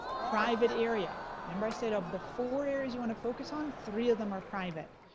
private area. remember i said of the four areas you wanna focus on, three of them are private.